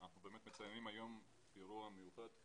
אנחנו מציינים היום אירוע מיוחד,